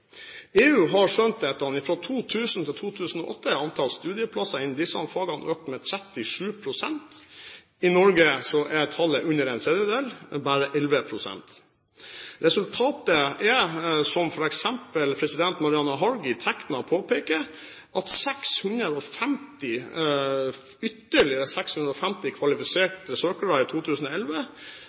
EU har skjønt dette. Fra 2000 til 2008 er antallet studieplasser i disse fagene økt med 37 pst. I Norge er tallet under en tredjedel, bare 11 pst. Resultatet er, som f.eks. president Marianne Harg i Tekna påpeker, at ytterligere 650 kvalifiserte søkere i 2011